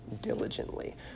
diligently